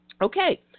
Okay